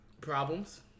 Problems